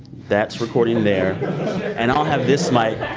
that's recording there and i'll have this mic